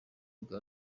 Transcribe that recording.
bwa